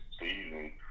season